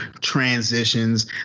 transitions